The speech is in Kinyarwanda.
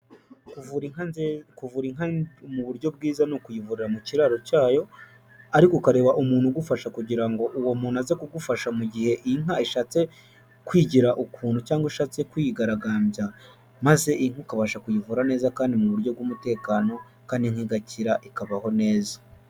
Kuvura inka mu buryo bwiza ni ukuyivurira mu kiraro cyayo, ariko ukareba umuntu ugufasha kugira ngo uwo muntu aze kugufasha mu gihe inka ishatse kwigira ukuntu cyangwa ishatse kwigaragambya. Maze inka ukabasha kuyivura neza kandi mu buryo bw'umutekano kandi inka igakira, ikabaho neza.